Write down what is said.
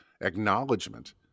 acknowledgement